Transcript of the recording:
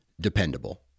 dependable